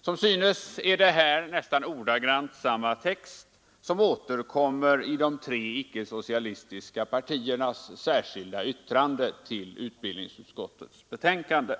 Som synes är det här nästan ordagrant samma text som återkommer i de tre icke-socialistiska partiernas särskilda yttrande till utbildningsutskottets betänkande.